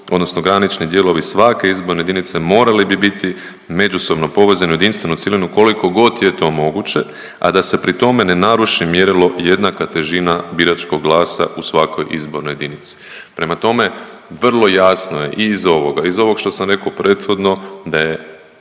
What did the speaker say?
odnosno granični dijelovi svake izborne jedinice morali bi biti međusobno povezani u jedinstvenu cjelinu koliko god je to moguće, a da se pritome ne naruši mjerilo jednaka težina biračkog glasa u svakoj izbornoj jedinici. Prema tome, vrlo jasno je i iz ovoga, iz ovog što sam rekao prethodno da je